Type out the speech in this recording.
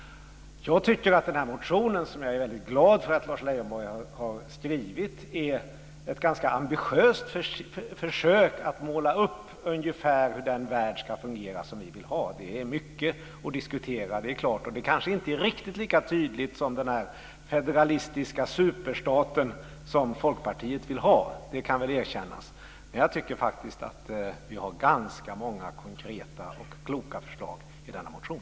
Jag tycker att den här motionen, som jag är väldigt glad för att Lars Leijonborg har läst, är ett ganska ambitiöst försök att måla upp ungefär hur den värld ska fungera som vi vill ha. Det finns mycket att diskutera, det är klart. Att det kanske inte är riktigt lika tydligt uttryckt som den federalistiska superstat som Folkpartiet vill ha kan väl erkännas. Men jag tycker faktiskt att vi har ganska många konkreta och kloka förslag i denna motion.